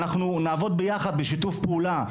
שאנחנו נעבוד ביחד, בשיתוף פעולה.